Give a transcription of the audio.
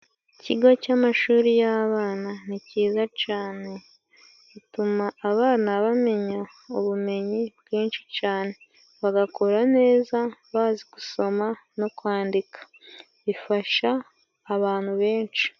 Ikigo cy'amashuri y'abana ni cyiza cane, bituma abana bamenya ubumenyi bwinshi cane, bagakura neza bazi gusoma no kwandika, bifasha abantu benshi.